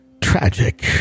tragic